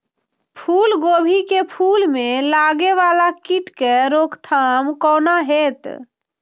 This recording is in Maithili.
फुल गोभी के फुल में लागे वाला कीट के रोकथाम कौना हैत?